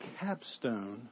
capstone